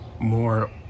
more